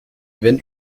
wenn